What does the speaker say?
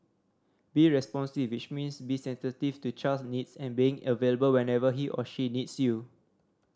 be responsive which means be sensitive to the child's needs and being available whenever he or she needs you